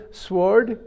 sword